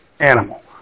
animal